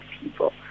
people